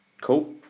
cool